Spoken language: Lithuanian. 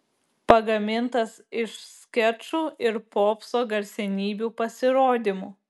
pagamintas iš skečų ir popso garsenybių pasirodymų